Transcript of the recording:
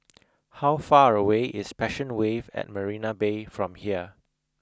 how far away is Passion Wave at Marina Bay from here